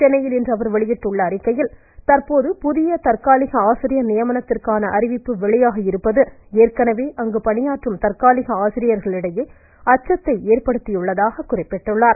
சென்னையில் இன்று அவர் வெளியிட்டுள்ள அறிக்கையில் தந்போது புதிய தற்காலிக ஆசிரியர் நியமனத்திற்கான அறிவிப்பு வெளியாகியிருப்பது ஏற்கனவே அங்கு பணியாற்றும் தற்காலிக ஆசிரியர்களிடையே அச்சத்தை ஏற்படுத்தியுள்ளதாக கூறினார்